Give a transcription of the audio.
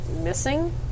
missing